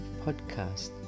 podcast